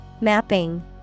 Mapping